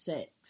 Six